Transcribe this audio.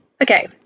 Okay